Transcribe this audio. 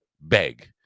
Beg